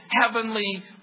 heavenly